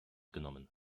genommen